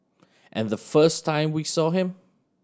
and the first time we saw him